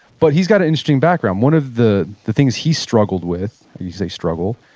but he's got an interesting background one of the the things he struggled with, you say struggle,